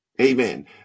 Amen